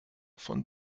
von